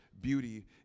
beauty